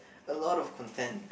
a lot of content